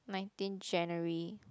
nineteen January